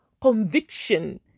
conviction